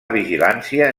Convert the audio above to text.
vigilància